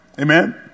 amen